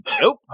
nope